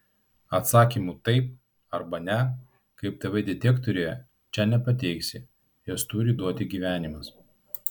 atsakymų taip arba ne kaip tv detektoriuje čia nepateiksi juos turi duoti gyvenimas